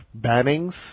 bannings